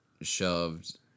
shoved